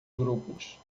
grupos